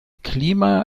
klima